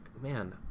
man